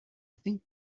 think